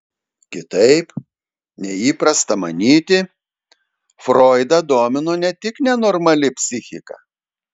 kitaip nei įprasta manyti froidą domino ne tik nenormali psichika